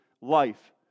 life